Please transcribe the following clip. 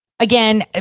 Again